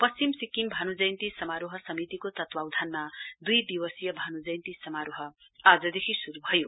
पश्चिम सिक्किम भानु जयन्ती समारोह समितिको तत्वावधानमा दुई दिवसीय भानु जयन्ती समारोह आजदेखि शुरु भयो